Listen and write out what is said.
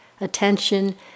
Attention